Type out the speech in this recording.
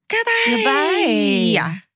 Goodbye